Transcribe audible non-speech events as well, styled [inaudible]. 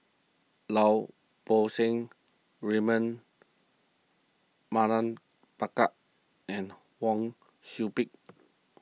Lau Poo Seng Raymond Mardan [unintelligible] and Wang Sui Pick